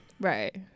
Right